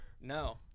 No